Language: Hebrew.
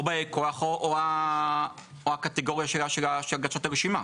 או באי כוח או הקטגוריה של הגשת הרשימה,